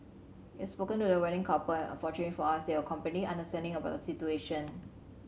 we spoken to the wedding couple and fortunately for us they were completely understanding about the situation